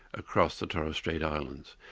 across the torres strait islands.